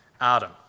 Adam